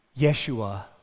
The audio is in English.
Yeshua